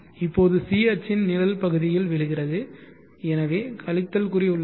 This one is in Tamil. இப்போது இது c அச்சின் நிழல் பகுதியில் விழுகிறது எனவே கழித்தல் குறி உள்ளது